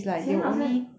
以前好像